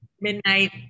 midnight